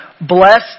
Blessed